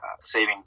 saving